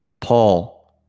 Paul